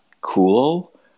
cool